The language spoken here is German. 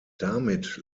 damit